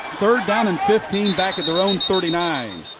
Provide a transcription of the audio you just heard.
third down and fifteen back at their own thirty nine.